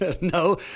No